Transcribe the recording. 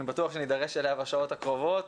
אני בטוח שנידרש אליה בשעות הקרובות,